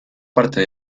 parte